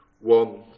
One